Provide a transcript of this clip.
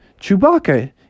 Chewbacca